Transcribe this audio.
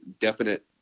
definite